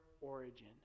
origin